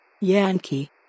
Yankee